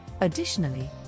Additionally